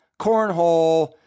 cornhole